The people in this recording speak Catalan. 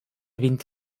vint